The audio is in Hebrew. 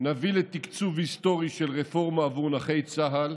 נביא לתקצוב היסטורי של רפורמה עבור נכי צה"ל